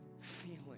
feeling